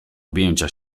objęcia